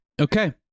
Okay